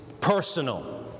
personal